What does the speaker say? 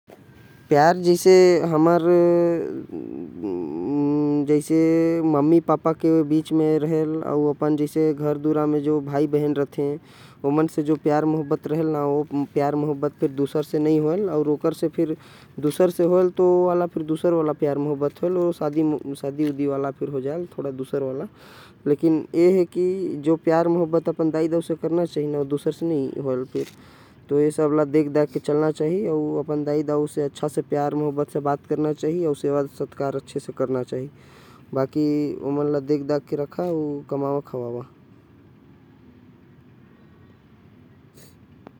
प्यार जैसे हमर मम्मी पापा के बीच में होएल भाई भाई। भाई बहन दाई दाऊ लइका लईकी में होएल। अउ एक प्यार दूसर होएल जो दूसर तरीका के होएल। एकर में शादी बिहाह के करना के पड़ेल तो अपन दाई। दाऊ से प्यार करा बड़ा मन से प्यार करा उमन के इज्जत सम्मान करा।